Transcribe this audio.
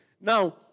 Now